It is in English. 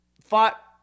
fought